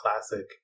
classic